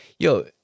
Yo